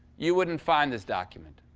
you wouldn't find this document,